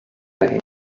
name